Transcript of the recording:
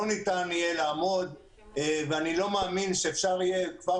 לא ניתן יהיה לעמוד בזה ואני לא מאמין שאפשר יהיה כבר